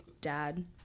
dad